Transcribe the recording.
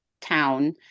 town